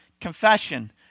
Confession